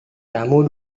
tamu